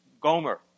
Gomer